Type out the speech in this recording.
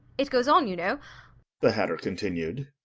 it goes on, you know the hatter continued,